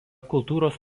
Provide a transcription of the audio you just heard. kultūros